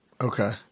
Okay